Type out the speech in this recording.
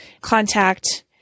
contact